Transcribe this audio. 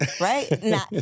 right